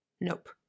Nope